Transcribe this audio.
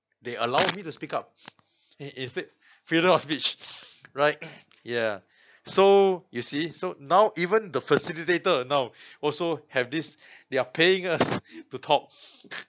they allow me to speak up and is this freedom of speech right ya so you see so now even the facilitator now also have this they're paying us to talk